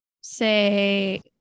say